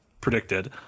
predicted